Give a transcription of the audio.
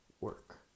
work